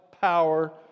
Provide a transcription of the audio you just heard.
power